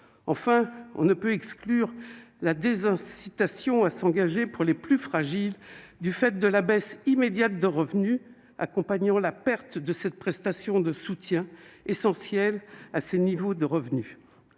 enfin on ne peut exclure la des incitations à s'engager pour les plus fragiles du fait de la baisse immédiate de revenus accompagnant la perte de cette prestation de soutien essentiel à ces niveaux de revenus